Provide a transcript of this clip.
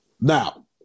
Now